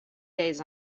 days